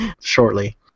shortly